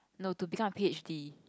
no to become a p_h_d